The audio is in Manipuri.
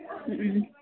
ꯎꯝ ꯎꯝ